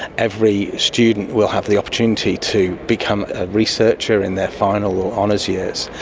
every student will have the opportunity to become a researcher in their final or honours years,